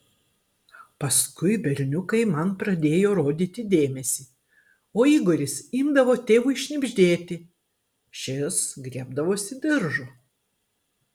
paskui berniukai man pradėjo rodyti dėmesį o igoris imdavo tėvui šnibždėti šis griebdavosi diržo